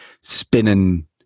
spinning